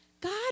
God